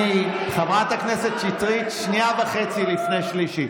חברת הכנסת שטרית, שנייה וחצי לפני שלישית.